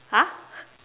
!huh!